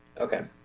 Okay